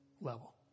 level